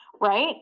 Right